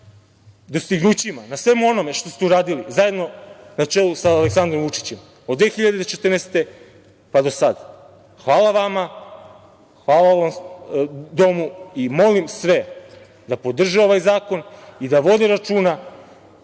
na svemu onome što ste uradili zajedno na čelu sa Aleksandrom Vučićem, od 2014. godine pa do sada. Hvala vama, hvala i ovom domu i molim sve da podrže ovaj zakon i da vode računa,